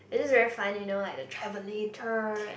it's just really funny you know like the travelator